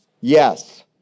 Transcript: Yes